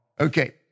Okay